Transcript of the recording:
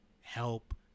help